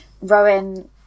Rowan